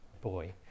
boy